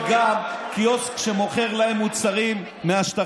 יכול להיות גם שאין להם קיוסק שמוכר להם מוצרים מהשטחים.